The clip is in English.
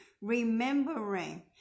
remembering